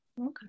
Okay